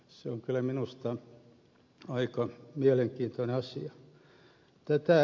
se on kyllä minusta aika mielenkiintoinen asia